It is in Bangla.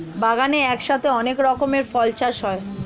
বাগানে একসাথে অনেক রকমের ফল চাষ হয়